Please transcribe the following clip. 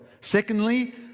Secondly